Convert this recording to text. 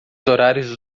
horários